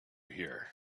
here